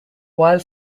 while